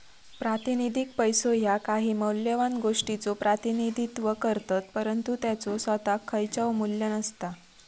प्रातिनिधिक पैसो ह्या काही मौल्यवान गोष्टीचो प्रतिनिधित्व करतत, परंतु त्याचो सोताक खयचाव मू्ल्य नसता